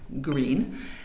green